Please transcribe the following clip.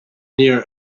near